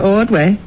Ordway